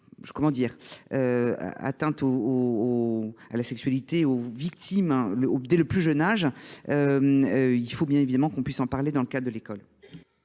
comment dire, atteintes à la sexualité aux victimes dès le plus jeune âge, il faut bien évidemment qu'on puisse en parler dans le cadre de l'école.